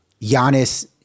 Giannis